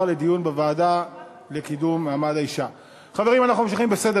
לוועדה לקידום מעמד האישה ולשוויון מגדרי נתקבלה.